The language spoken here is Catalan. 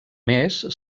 més